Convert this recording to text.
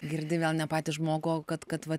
girdi vėl ne patį žmogų o kad kad vat